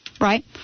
Right